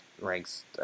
ranks